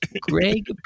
Greg